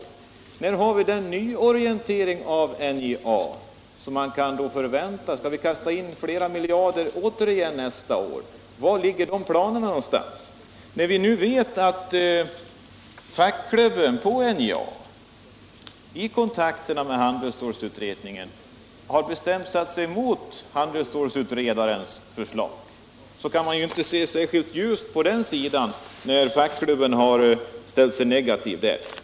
När får vi den nyorientering i NJA som man kan förvänta? Skall vi kasta in flera miljarder igen nästa år? Var finns de planerna? När vi nu vet att fackklubben på NJA i kontakterna med handels stålsutredningen bestämt har satt sig emot handelsstålutredarens förslag kan vi inte se särskilt ljust på den saken, eftersom fackklubben har ställt sig negativ.